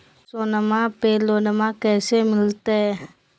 सोनमा पे लोनमा कैसे मिलते?